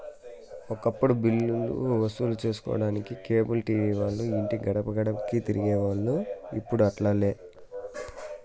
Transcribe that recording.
ఒకప్పుడు బిల్లులు వసూలు సేసుకొనేదానికి కేబుల్ టీవీ వాల్లు ఇంటి గడపగడపకీ తిరిగేవోల్లు, ఇప్పుడు అట్లాలే